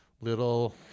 Little